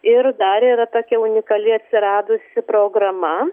ir dar yra tokia unikali atsiradusi programa